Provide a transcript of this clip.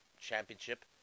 championship